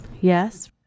Yes